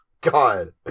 God